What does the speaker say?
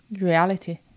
reality